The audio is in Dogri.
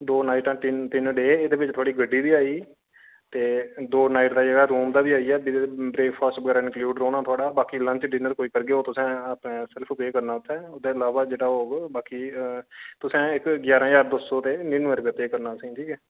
दो नाइटां तिन्न डे एहदे बिच थुआढ़ी गड्डी बी आई गेई ते दो नाइट दा जेड़ा रूम दा बी आई गेआ ब्रेकफास्ट इंक्लूड रौहना थुआढ़ा बाकी लंच डिनर कोई करगे ओह् तुसें सेल्फ पे करना तुसें ओह्दे अलावा जेह्ड़ा होग बाकी तुसें एक्क ग्यारां ज्हार दो ते नड़िनमें रपे पे करना असें गी ठीक ऐ